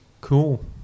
Cool